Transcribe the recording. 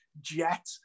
jet